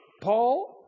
Paul